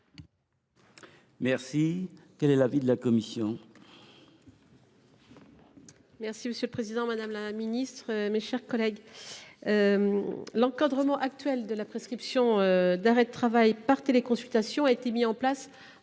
jours. Quel est l’avis de la commission ?.